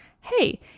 Hey